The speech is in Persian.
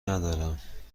ندارم